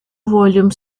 volume